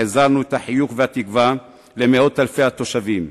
החזרנו את החיוך והתקווה למאות אלפי התושבים,